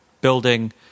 building